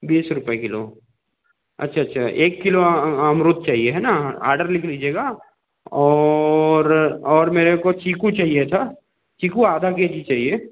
बीस रुपये किलो अच्छा अच्छा एक किलो अमरूद चाहिए है न आडर लिख लीजिएगा और और मेरे को चीकू चाहिए था चीकू आधा के जी चाहिए